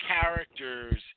characters